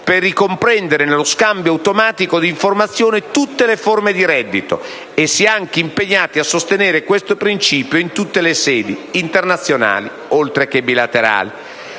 per ricomprendere nello scambio automatico di informazioni tutte le forme di reddito, e si è anche impegnata a sostenere questo principio in tutte le sedi internazionali, oltre che bilaterali.